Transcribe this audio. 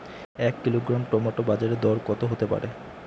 এক kilogram tomato বাজের দরকত হতে পারে?